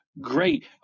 great